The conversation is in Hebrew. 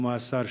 לפי השר,